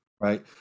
right